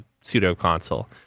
pseudo-console